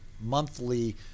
monthly